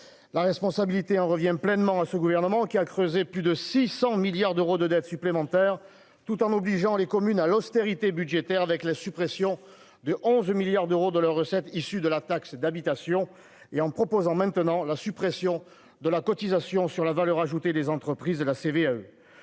la responsabilité en revient pleinement à ce gouvernement qui a creusé, plus de 600 milliards d'euros de dettes supplémentaires tout en obligeant les communes à l'austérité budgétaire avec la suppression de 11 milliards d'euros de leurs recettes issues de la taxe d'habitation et en proposant maintenant la suppression de la cotisation sur la valeur ajoutée des entreprises de la CVAE